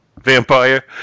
vampire